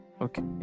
Okay